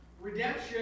redemption